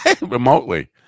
Remotely